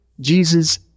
Jesus